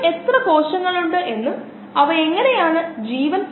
ഇതൊരു ആമുഖ കോഴ്സായതിനാൽ അവയിൽ ചിലത് മാത്രം കാണും